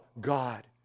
God